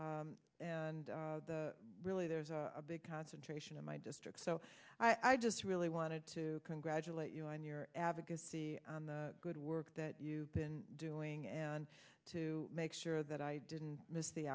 and really there's a big concentration in my district so i just really wanted to congratulate you on your advocacy on the good work that you've been doing and to make sure that i didn't miss the